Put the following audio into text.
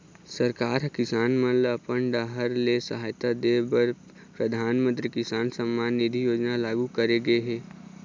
सरकार ह किसान मन ल अपन डाहर ले सहायता दे बर परधानमंतरी किसान सम्मान निधि योजना लागू करे गे हे